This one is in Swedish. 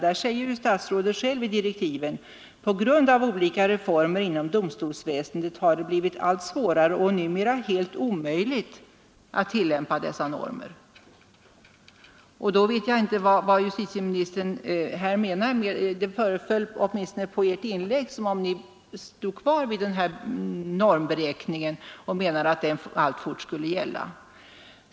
Statsrådet säger själv i direktiven: ”På grund av olika reformer inom domstolsväsendet har det emellertid blivit allt svårare och numera helt omöjligt att tillämpa dessa normer.” Detta stämmer ej med justitieministerns uttalande tidigare. Det föreföll åtminstone på Ert inlägg som om Ni stod fast vid den nuvarande normberäkningen och menade att den alltfort skulle gälla.